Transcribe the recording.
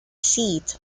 seat